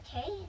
Okay